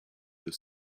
the